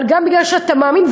אבל גם כי אתה מאמין,